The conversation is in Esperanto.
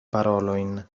parolojn